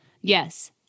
Yes